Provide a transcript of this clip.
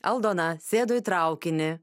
aldona sėdo į traukinį